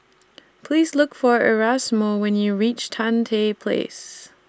Please Look For Erasmo when YOU REACH Tan Tye Place